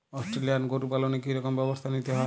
Australian গরু পালনে কি রকম ব্যবস্থা নিতে হয়?